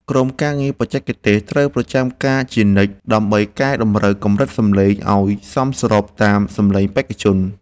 ក្រុមការងារបច្ចេកទេសត្រូវប្រចាំការជានិច្ចដើម្បីកែតម្រូវកម្រិតសម្លេងឱ្យសមស្របតាមសម្លេងបេក្ខជន។